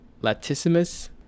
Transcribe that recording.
Latissimus